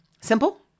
Simple